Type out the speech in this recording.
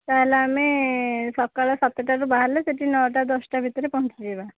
ତା'ହେଲେ ଆମେ ସକାଳ ସାତଟାରୁ ବାହାରିଲେ ସେଠି ନଅଟା ଦଶଟା ଭିତରେ ପହଞ୍ଚିଯିବା